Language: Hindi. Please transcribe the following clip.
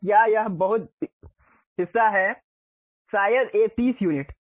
तो क्या यह बहुत हिस्सा है या शायद एक 30 यूनिट